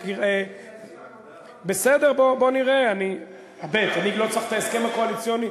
אבל זה חלק מההסכם הקואליציוני,